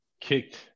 kicked